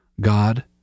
god